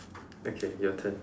okay your turn